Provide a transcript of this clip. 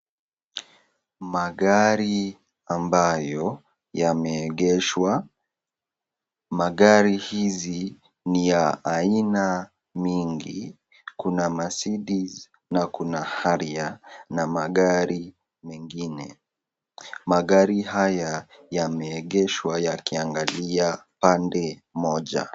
Magari ambayo yameegeshwa; magari hizi ni ya aina mingi. Kuna Mercedes na kuna Harrier na magari mengine. Magari haya yameegeshwa yakiangalia pande moja.